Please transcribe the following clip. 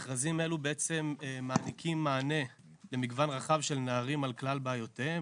מכרזים אלו בעצם מעניקים מענה למגוון רחב של נערים על כלל בעיותיהם.